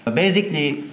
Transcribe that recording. basically,